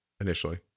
initially